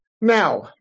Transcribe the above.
Now